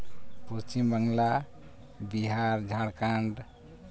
Paschimbangla Bihar Jharkhand